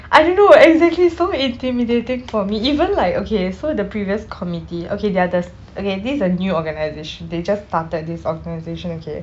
I don't know exactly so intimidating for me even like okay so the previous committee okay they are the okay this is a new organisation they just started this organisation okay